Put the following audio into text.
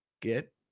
get